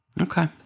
Okay